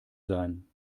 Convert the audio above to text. sein